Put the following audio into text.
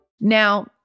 Now